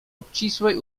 obcisłej